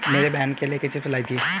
मेरी बहन केले के चिप्स लाई थी